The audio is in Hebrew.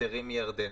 היתרים מירדן.